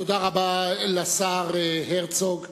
תודה רבה לשר הרצוג.